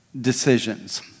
decisions